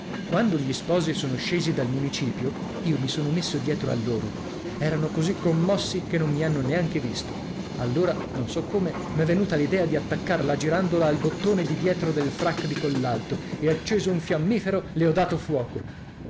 quando gli sposi sono scesi dal municipio io mi son messo dietro a loro erano così commossi che non mi hanno neanche visto allora non so come m'è venuto l'idea di attaccar la girandola al bottone di dietro del frak di collalto e acceso un fiammifero le ho dato fuoco